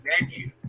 menu